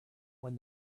when